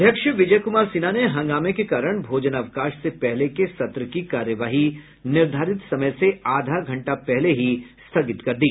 अध्यक्ष विजय कुमार सिन्हा ने हंगामे के कारण भोजनावकाश से पहले के सत्र की कार्यवाही निर्धारित समय से आधा घंटा पहले ही स्थगित कर दी